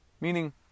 meaning